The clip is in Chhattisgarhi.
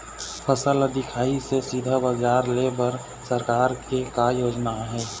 फसल ला दिखाही से सीधा बजार लेय बर सरकार के का योजना आहे?